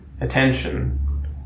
attention